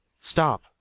Stop